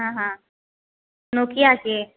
हँ हँ नोकिया के